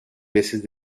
veces